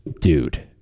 Dude